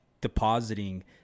depositing